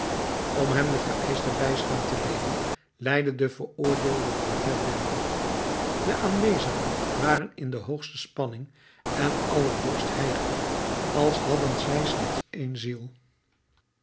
om hem den vereischten bijstand te leenen leidde den veroordeelde brevet binnen de aanwezigen waren in de hoogste spanning en aller borst hijgde als hadden zij slechts één ziel